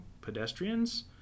pedestrians